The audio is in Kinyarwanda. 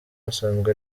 asanzwe